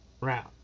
round